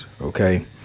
okay